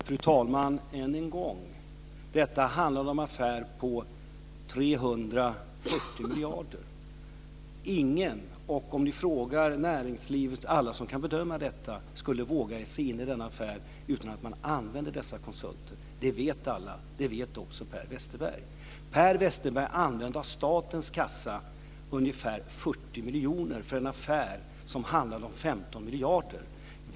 Fru talman! Än en gång: Detta handlade om en affär på 340 miljarder. Ingen, om ni frågar alla inom näringslivet som kan bedöma detta, skulle våga ge sig in i denna affär utan att använda dessa konsulter. Det vet alla, och det vet också Per Westerberg. 40 miljoner för en affär som handlade om 15 miljarder.